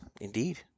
indeed